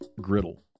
griddle